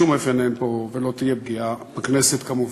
בשום אופן אין פה ולא תהיה פגיעה בכנסת, כמובן.